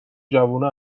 جوونا